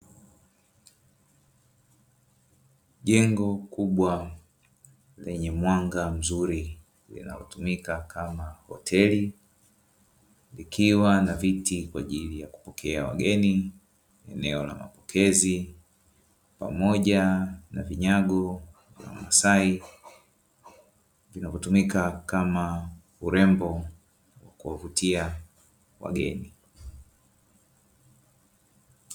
Jengo kubwa lenye mwanga mzuri linalotumika kama hoteli likiwa na viti kwa ajili ya kupokea wageni eneo la mapokezi, pamoja na vinyago vya wamasai vinavyotumika kama urembo kuwavutia wageni.